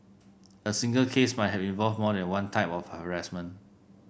a single case might have involved more than one type of harassment